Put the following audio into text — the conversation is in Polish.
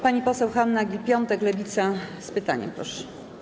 Pani poseł Hanna Gill-Piątek, Lewica, z pytaniem proszę.